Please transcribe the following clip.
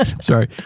Sorry